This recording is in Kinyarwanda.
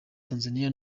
tanzania